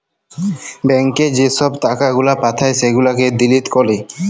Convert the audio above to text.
ব্যাংকে যে ছব টাকা গুলা পাঠায় সেগুলাকে ডিলিট ক্যরে